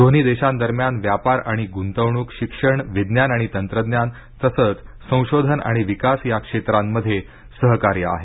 दोन्ही देशांदरम्यान व्यापार आणि गृंतवणूक शिक्षण विज्ञान आणि तंत्रज्ञान तसंच संशोधन आणि विकास या क्षेत्रांमध्ये सहकार्य आहे